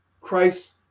Christ